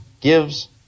gives